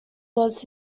was